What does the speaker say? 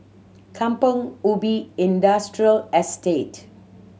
Kampong Ubi Industrial Estate